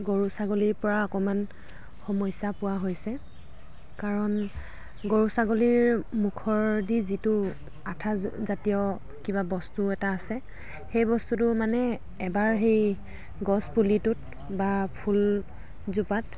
গৰু ছাগলীৰ পৰা অকণমান সমস্যা পোৱা হৈছে কাৰণ গৰু ছাগলীৰ মুখৰেদি যিটো আঠা জাতীয় কিবা বস্তু এটা আছে সেই বস্তুটো মানে এবাৰ সেই গছপুলিটোত বা ফুলজোপাত